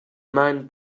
meinen